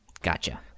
Gotcha